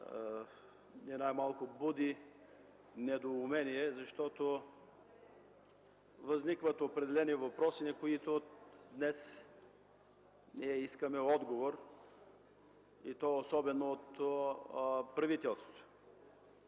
най-малкото буди недоумение. Възникват определени въпроси, на които днес ние искаме отговор и то от правителството.